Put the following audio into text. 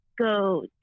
go